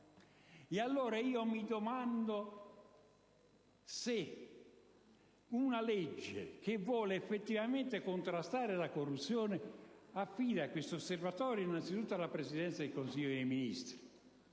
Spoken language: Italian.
allora, se sia giusto che una legge che voglia effettivamente contrastare la corruzione affidi questo osservatorio, innanzitutto, alla Presidenza del Consiglio dei Ministri.